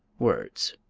words.